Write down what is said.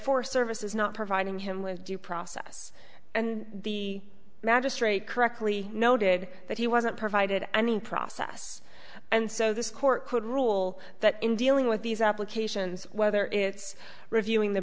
forest service is not providing him with due process and the magistrate correctly noted that he wasn't provided any process and so this court could rule that in dealing with these applications whether it's reviewing the